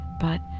But